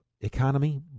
economy